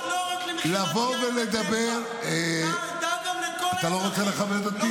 לא רק מכירת יין בבני ברק --- אתה לא רוצה לכבד אותי?